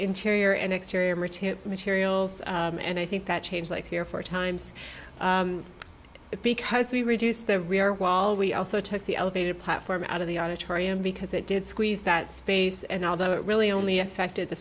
exterior materials and i think that changed like three or four times because we reduced the rear wall we also took the elevated platform out of the auditorium because it did squeeze that space and although it really only affected the